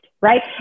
right